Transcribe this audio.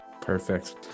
Perfect